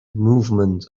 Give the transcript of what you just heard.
movement